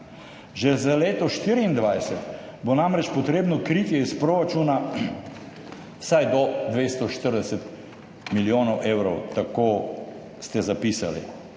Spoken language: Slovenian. Že za leto 2024, bo namreč potrebno kritje iz proračuna vsaj do 240 milijonov evrov, tako ste zapisali.